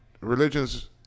religions